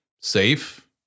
safe